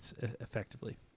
effectively